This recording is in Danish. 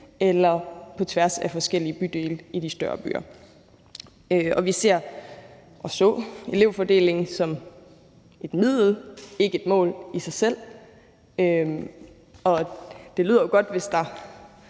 eller på tværs af forskellige bydele i de større byer. Vi ser – og vi så – elevfordelingen som et middel og ikke et mål i sig selv. Det lyder jo godt, hvis der